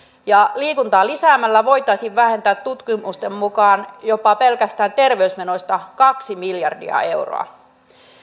ja liikuntaa lisäämällä voitaisiin vähentää tutkimusten mukaan jopa pelkästään terveysmenoista kaksi miljardia euroa